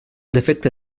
defecte